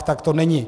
Tak to není.